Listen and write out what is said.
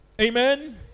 Amen